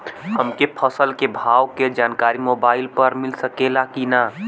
हमके फसल के भाव के जानकारी मोबाइल पर मिल सकेला की ना?